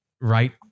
right